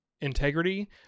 integrity